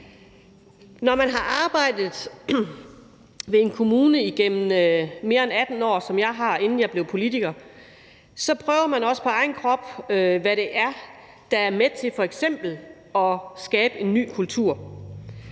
Når man har arbejdet ved en kommune igennem mere end 18 år, som jeg har, inden jeg blev politiker, så prøver man også på egen krop, hvad det er, der er med til f.eks. at skabe en ny kultur.